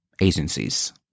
agencies